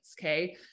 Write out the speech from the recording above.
Okay